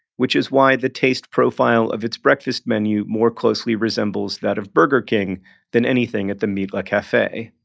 which is why the taste profile of its breakfast menu more closely resembles that of burger king than anything at the mitla cafe.